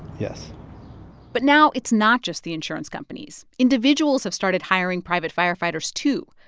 yes but now it's not just the insurance companies. individuals have started hiring private firefighters, too.